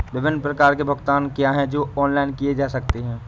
विभिन्न प्रकार के भुगतान क्या हैं जो ऑनलाइन किए जा सकते हैं?